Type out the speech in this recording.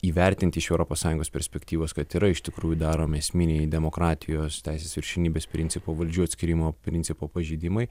įvertinti iš europos sąjungos perspektyvos kad yra iš tikrųjų daromi esminiai demokratijos teisės viršenybės principo valdžių atskyrimo principo pažeidimai